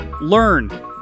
learn